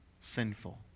Sinful